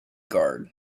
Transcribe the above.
guard